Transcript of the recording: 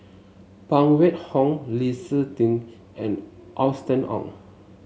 Phan Wait Hong Lee Seng Tee and Austen Ong